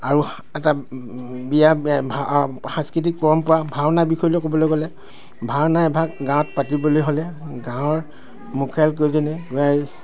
আৰু এটা বিয়া সাংস্কৃতিক পৰম্পৰা ভাওনা বিষয়লৈ ক'বলৈ গ'লে ভাওনা এভাগ গাঁৱত পাতিবলৈ হ'লে গাঁৱৰ মুখীয়াল কেইজনে